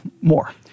more